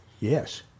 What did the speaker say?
Yes